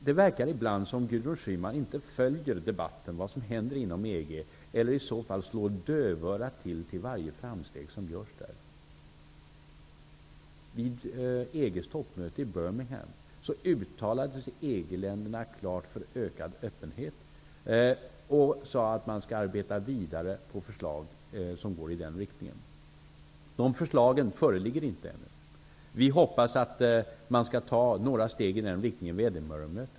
Det verkar ibland som om Gudrun Schyman inte följer debatten och det som händer inom EG, eller också slår hon dövörat till för varje framsteg som görs där. Vid EG:s toppmöte i Birmingham uttalade sig EG länderna klart för ökad öppenhet och sade att man skall arbeta vidare på förslag som går i den riktningen. De förslagen föreligger inte ännu. Vi hoppas att man skall ta några steg i den riktningen vid Edinburghmötet.